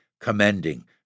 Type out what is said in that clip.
commending